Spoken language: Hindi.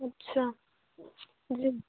अच्छा जी